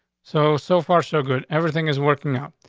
so, so far, so good. everything is working out.